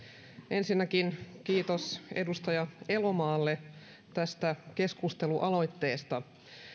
ensinnäkin kiitos edustaja elomaalle tästä keskustelualoitteesta